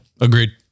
Agreed